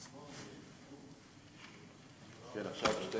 עכשיו שתי